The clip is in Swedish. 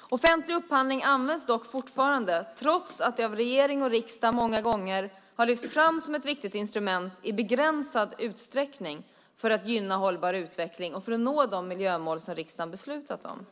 Offentlig upphandling används dock fortfarande, trots att det av regering och riksdag många gånger har lyfts fram som ett viktigt instrument, i begränsad utsträckning för att gynna hållbar utveckling och för att nå de miljömål som riksdagen beslutat om.